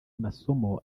masomo